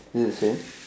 is it the same